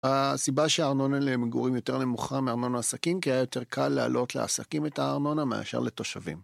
הסיבה שהארנונה למגורים יותר נמוכה מארנונה עסקים, כי היה יותר קל להעלות לעסקים את הארנונה מאשר לתושבים.